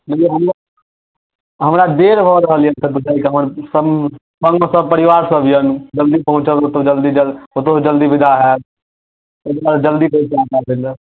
नहि हमर हमरा बेर भऽ रहल यए कतहु जाइके हमर सङ्ग सङ्गमे सभ परिवारसभ यए जल्दी पहुँचब ओतहु जल्दी जल् ओतहु जल्दी विदा हैब एहि लेल जल्दी कहै छी अहाँकेँ अबै लेल